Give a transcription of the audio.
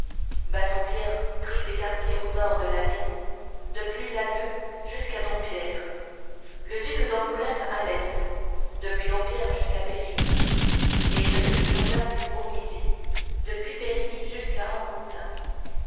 bassompierre prit ses quartiers au nord de la ville depuis la leu jusqu'à dompierre le duc d'angoulême à l'est depuis dompierre jusqu'à périgny et m de